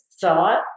thought